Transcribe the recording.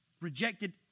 Rejected